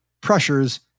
pressures